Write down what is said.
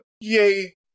yay